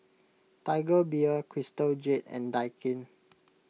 Tiger Beer Crystal Jade and Daikin